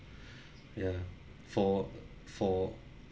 ya for for